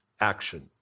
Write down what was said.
action